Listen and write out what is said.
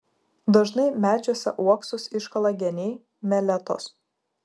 dažnai medžiuose uoksus iškala geniai meletos